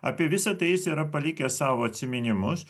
apie visa tai jis yra palikęs savo atsiminimus